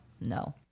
No